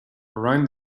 around